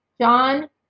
john